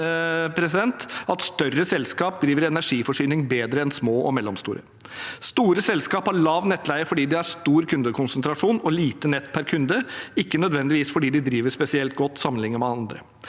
at større selskap driver energiforsyning bedre enn små og mellomstore. Store selskap har lav nettleie fordi de har stor kundekonsentrasjon og lite nett per kunde, ikke nødvendigvis fordi de driver spesielt godt sammenlignet med andre.